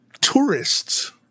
tourists